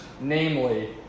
namely